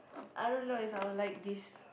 I don't know if I will like this